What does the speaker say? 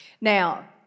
Now